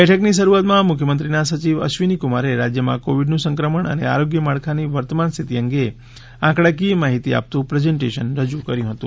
બેઠકની શરૂઆતમાં મુખ્યમંત્રીના સચિવ અશ્વિનીકુમારે રાજ્યમાં કોવિડનું સંક્રમણ અને આરોગ્ય માળખાની વર્તમાન સ્થિતિ અંગે આંકડાકીય માહિતી આપતું પ્રેઝન્ટેશન રજૂ કર્યું હતું